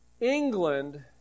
England